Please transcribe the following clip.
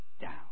down